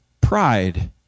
Pride